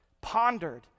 pondered